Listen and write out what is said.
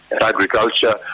agriculture